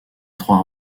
trois